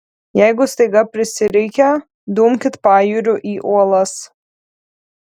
jeigu staiga prisireikia dumkit pajūriu į uolas